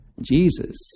Jesus